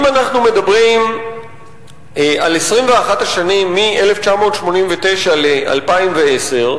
אם אנחנו מדברים על 21 השנים מ-1989 ל-2010,